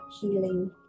healing